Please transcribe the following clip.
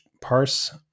parse